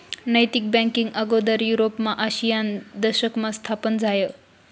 नैतिक बँकींग आगोदर युरोपमा आयशीना दशकमा स्थापन झायं